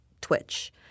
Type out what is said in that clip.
twitch